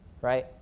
right